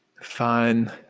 Fine